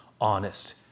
Honest